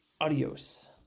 adios